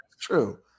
true